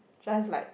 just like